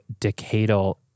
decadal